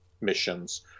missions